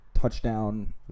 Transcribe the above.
touchdown